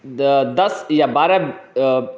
दस या बारह